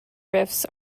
riffs